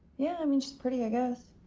yeah, i mean she's pretty i guess.